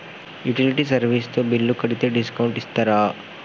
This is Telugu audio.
యుటిలిటీ సర్వీస్ తో బిల్లు కడితే డిస్కౌంట్ ఇస్తరా?